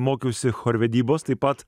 mokiausi chorvedybos taip pat